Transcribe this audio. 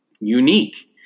unique